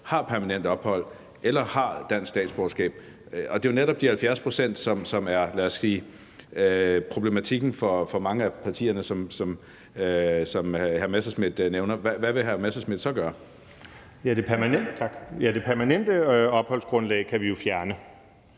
har permanent ophold eller dansk statsborgerskab. Og det er jo netop de 70 pct., som er, lad os sige, problematikken for mange af partierne, som hr. Morten Messerschmidt nævner. Hvad vil hr. Morten Messerschmidt så gøre? Kl. 14:47 Tredje næstformand (Trine